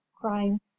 crying